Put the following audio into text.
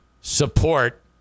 support